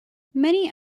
many